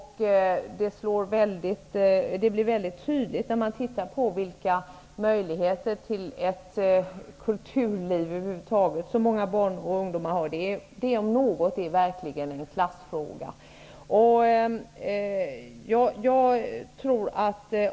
Detta framgår väldigt tydligt när man tittar på vilka möjligheter till ett kulturliv över huvud taget som många barn och ungdomar har. Detta om någonting är verkligen en klassfråga.